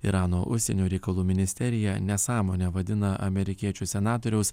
irano užsienio reikalų ministerija nesąmonę vadina amerikiečių senatoriaus